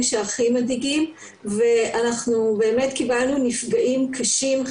שהכי מדאיגים ואנחנו באמת קיבלנו נפגעים קשים,